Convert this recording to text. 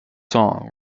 song